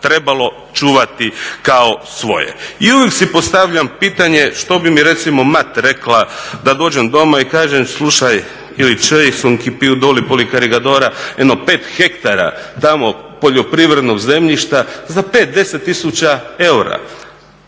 trebali čuvati kao svoje. I uvijek si postavljam pitanje što bi mi recimo mater rekla da dođem doma i kažem slušaj ili … /Govornik se ne razumije./… jedno pet hektara tamo poljoprivrednog zemljišta za 5, 10 tisuća eura.